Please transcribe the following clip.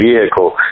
vehicle